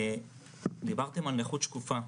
דיברתם על נכות שקופה.